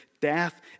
Death